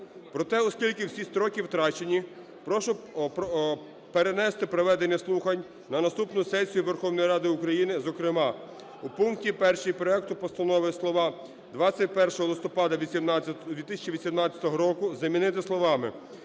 Проте, оскільки всі строки втрачені, прошу перенести проведення слухань на наступну сесію Верховної Ради України, зокрема, у пункті 1 проекту постанови слова "21 листопада 2018 року" замінити словами